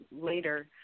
later